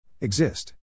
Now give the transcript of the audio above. Exist